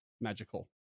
magical